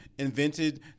Invented